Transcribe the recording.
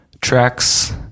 tracks